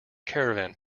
caravan